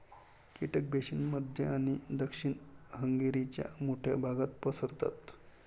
कीटक बेसिन मध्य आणि दक्षिण हंगेरीच्या मोठ्या भागात पसरतात